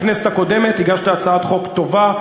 בכנסת הקודמת הגשת הצעת חוק טובה,